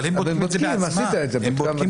הם בודקים את המכשיר בעצמם.